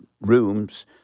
rooms